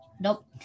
Nope